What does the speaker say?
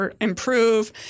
improve